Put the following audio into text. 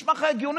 נשמע לך הגיוני?